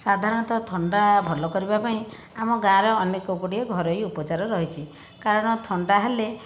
ସାଧାରଣତଃ ଥଣ୍ଡା ଭଲ କରିବା ପାଇଁ ଆମ ଗାଁରେ ଅନେକ ଗୁଡ଼ିଏ ଘରୋଇ ଉପଚାର ରହିଛି କାରଣ ଥଣ୍ଡା ହେଲେ